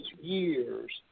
years